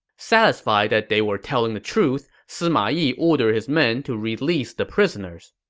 satisfied that they were telling the truth, sima yi ordered his men to release the prisoners.